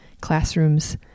classrooms